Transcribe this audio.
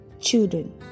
children